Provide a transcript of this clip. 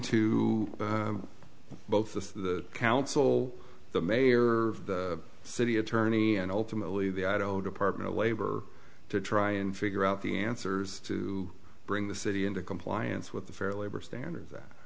both the council the mayor the city attorney and ultimately the i don't apartment of labor to try and figure out the answers to bring the city into compliance with the fair labor standards that